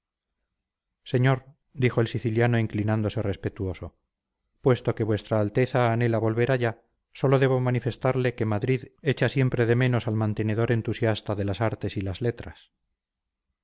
señor dijo el siciliano inclinándose respetuoso puesto que vuestra alteza anhela volver allá sólo debo manifestarle que madrid echa siempre de menos al mantenedor entusiasta de las artes y las letras